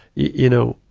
you know,